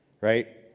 right